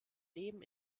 leben